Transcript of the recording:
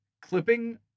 clipping